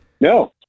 no